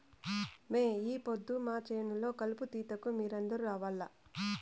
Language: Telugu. మే ఈ పొద్దు మా చేను లో కలుపు తీతకు మీరందరూ రావాల్లా